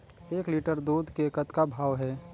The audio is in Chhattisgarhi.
एक लिटर दूध के कतका भाव हे?